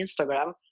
Instagram